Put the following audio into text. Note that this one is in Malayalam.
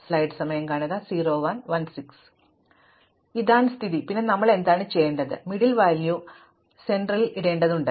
ശരി ഇതാണ് സ്ഥിതി പിന്നെ നമ്മൾ ചെയ്യേണ്ടത് മധ്യ മൂല്യം മധ്യത്തിൽ ഇടേണ്ടതുണ്ട്